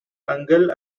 angle